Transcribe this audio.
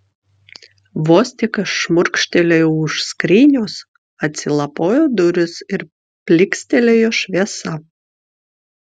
vos tik aš šmurkštelėjau už skrynios atsilapojo durys ir plykstelėjo šviesa